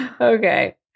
Okay